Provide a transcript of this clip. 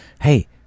hey